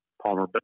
Palmer